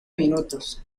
minutos